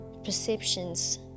Perceptions